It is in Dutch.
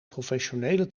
professionele